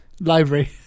library